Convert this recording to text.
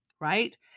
Right